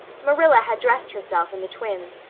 marilla had dressed herself and the twins,